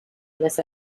this